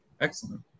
Excellent